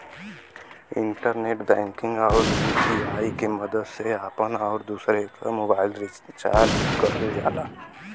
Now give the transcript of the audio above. internet banking आउर UPI के मदद से आपन आउर दूसरे क मोबाइल भी रिचार्ज करल जाला